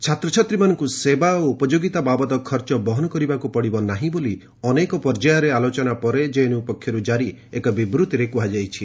ଛାତ୍ରଛାତ୍ରୀମାନଙ୍କୁ ସେବା ଓ ଉପଯୋଗୀତା ବାବଦ ଖର୍ଚ୍ଚ ବହନ କରିବାକୁ ପଡ଼ିବ ନାହିଁ ବୋଲି ଅନେକ ପର୍ଯ୍ୟାୟରେ ଆଲୋଚନା ପରେ ଜେଏନ୍ୟୁ ପକ୍ଷରୁ ଜାରି ଏକ ବିବୃତ୍ତିରେ କୁହାଯାଇଛି